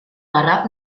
garraf